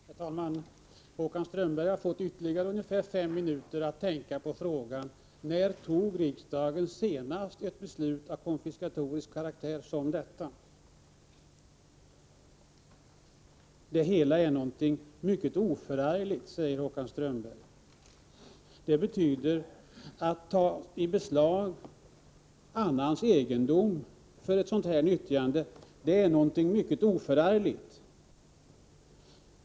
Herr talman! Håkan Strömberg har fått ytterligare ungefär fem minuter att tänka på frågan: När fattade riksdagen senast ett beslut av konfiskatorisk karaktär som detta? Det hela är någonting mycket oförargligt, säger Håkan Strömberg. Att tai beslag annans egendom för ett sådant här nyttjande skulle vara någonting mycket oförargligt!